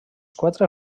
quatre